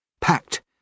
packed